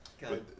God